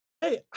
hey